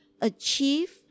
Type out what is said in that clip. achieve